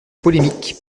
polémique